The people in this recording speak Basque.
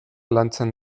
lantzen